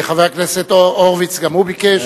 גם חבר הכנסת הורוביץ ביקש.